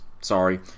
sorry